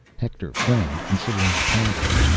hector frowned, considering the problem.